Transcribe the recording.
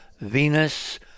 Venus